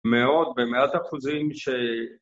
‫מאוד, במאת אחוזים ש...